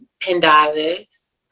Pendavis